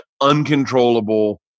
uncontrollable